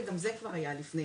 וזה כבר היה לפני